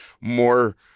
more